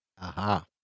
Aha